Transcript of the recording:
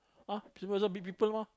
ah supervisor beat people mah